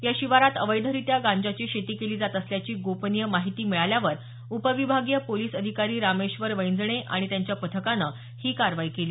या शिवारात अवैधरित्या गांजाची शेती केली जात असल्याची गोपनीय माहिती मिळाल्यावर उपविभागीय पोलिस अधिकारी रामेश्वर वैंजणे आणि त्यांच्या पथकानं ही कारवाई केली